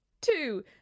Two